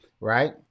right